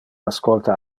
ascolta